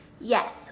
Yes